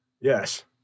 Yes